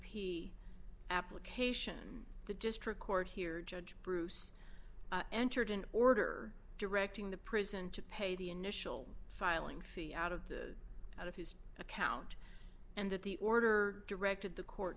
p application the district court here judge bruce entered an order directing the prison to pay the initial filing fee out of the out of his account and that the order directed the court